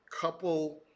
couple